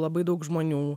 labai daug žmonių